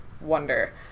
wonder